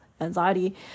anxiety